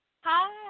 Hi